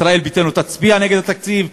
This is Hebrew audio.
ישראל ביתנו תצביע נגד התקציב,